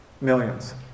Millions